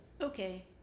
Okay